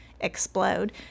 explode